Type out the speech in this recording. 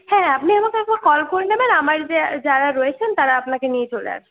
হ্যাঁ হ্যাঁ আপনি আমাকে একবার কল করে নেবেন আমার যে যারা রয়েছেন তারা আপনাকে নিয়ে চলে আসবে